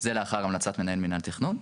זה לאחר המלצת מנהל מינהל תכנון.